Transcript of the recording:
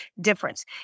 difference